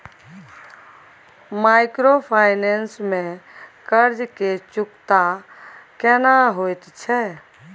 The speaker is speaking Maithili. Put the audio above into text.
माइक्रोफाइनेंस में कर्ज के चुकता केना होयत छै?